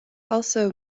also